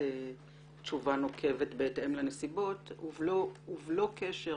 לתת תשובה נוקבת בהתאם לנסיבות ובלא קשר